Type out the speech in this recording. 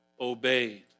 obeyed